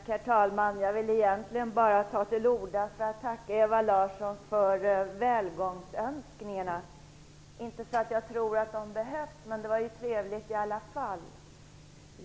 Herr talman! Jag vill egentligen bara tacka Ewa Larsson för välgångsönskningarna - inte för att jag tror att de behövs, men det var ju trevligt ändå att få dem.